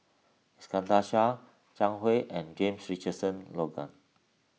Iskandar Shah Zhang Hui and James Richardson Logan